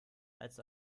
als